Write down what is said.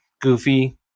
goofy